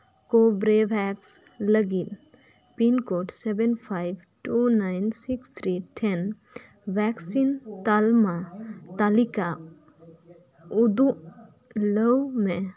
ᱠᱳᱵᱨᱮ ᱵᱷᱮᱠᱥ ᱞᱟᱹᱜᱤᱫ pin code seven five two nine six three then ᱵᱷᱮᱠᱥᱤᱱ ᱛᱟᱞᱢᱟ ᱛᱟᱞᱤᱠᱟ ᱩᱫᱩᱜ ᱢᱤᱞᱟᱹᱣ ᱢᱮ